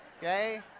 okay